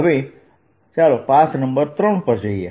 હવે ચાલો path number 3 પર જઈએ